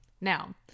Now